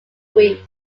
weeks